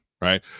right